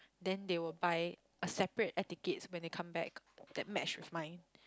then they will buy a separate air tickets when they come back that match with mine